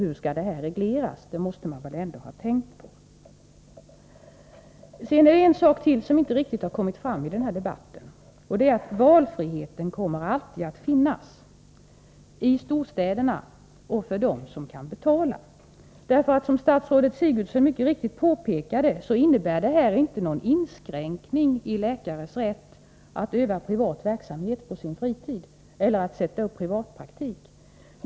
Hur skall den saken regleras? Det måste man väl ändå ha tänkt på. Ytterligare en sak har inte riktigt kommit fram i denna debatt, nämligen det faktum att valfriheten alltid kommer att finnas i storstäderna och för dem som kan betala. Som statsrådet Sigurdsen mycket riktigt påpekade innebär inte de förändringar som föreslås någon inskränkning i läkares rätt att utöva privat verksamhet på sin fritid eller att sätta upp en privatpraktik.